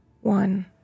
one